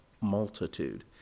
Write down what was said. multitude